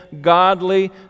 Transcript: godly